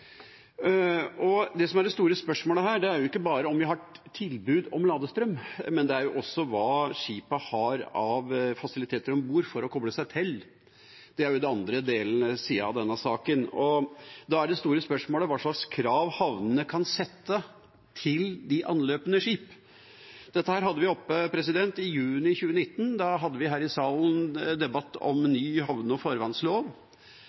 miljøutslipp. Det som er det store spørsmålet her, er jo ikke bare om vi har tilbud om ladestrøm, men også hva skipet har av fasiliteter om bord for å koble seg til. Det er den andre siden av denne saken. Og da er det store spørsmålet hva slags krav havnene kan sette til de anløpende skip. Dette hadde vi oppe i juni 2019. Da hadde vi her i salen debatt om